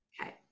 Okay